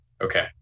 Okay